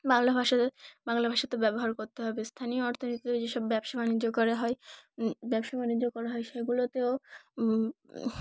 বাংলা ভাষাতে বাংলা ভাষাতে ব্যবহার করতে হবে স্থানীয় অর্থনীতিতে যেসব ব্যবসা বাণিজ্য করা হয় ব্যবসা বাণিজ্য করা হয় সেগুলোতেও